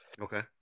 Okay